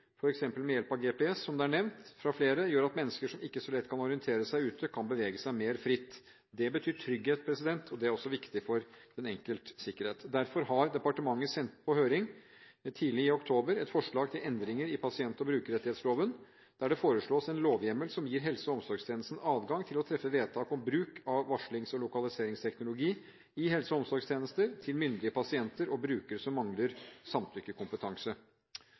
f.eks. med hjelp av GPS, som er nevnt av flere, gjør at mennesker som ikke så lett kan orientere seg ute, kan bevege seg mer fritt. Det betyr trygghet, og det er også viktig for den enkeltes sikkerhet. Derfor har departementet tidlig i oktober sendt på høring et forslag til endringer i pasient- og brukerrettighetsloven, der det foreslås en lovhjemmel som gir helse- og omsorgstjenesten adgang til å treffe vedtak om bruk av varslings- og lokaliseringsteknologi i helse- og omsorgstjenester, til myndige pasienter og brukere som mangler samtykkekompetanse.